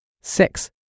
Six